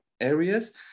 areas